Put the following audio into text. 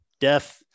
death